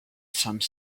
some